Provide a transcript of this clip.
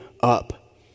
up